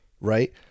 Right